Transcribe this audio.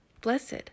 Blessed